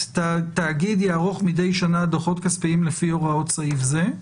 (ב)תאגיד יערוך מדי שנה דוחות כספיים לפי הוראות סעיף זה.